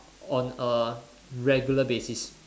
on a regular basis